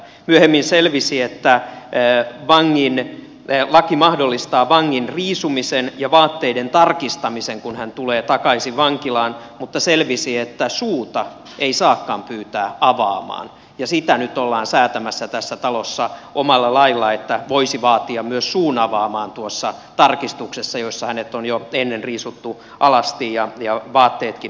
myöhemmin selvisi että laki mahdollistaa vangin riisumisen ja vaatteiden tarkistamisen kun hän tulee takaisin vankilaan mutta selvisi että suuta ei saakaan pyytää avaamaan ja sitä nyt ollaan säätämässä tässä talossa omalla lailla että voisi vaatia myös suun avaamaan tuossa tarkistuksessa jossa hänet on jo ennen riisuttu alasti ja vaatteetkin on tarkistettu